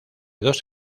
dos